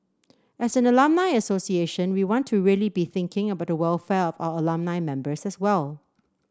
as an alumni association we want to really be thinking about the welfare of our alumni members as well